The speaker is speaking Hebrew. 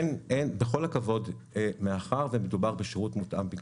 בכל הכבוד, מאחר שמדובר בשירות מותאם ביקוש,